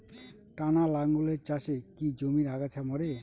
টানা লাঙ্গলের চাষে কি জমির আগাছা মরে?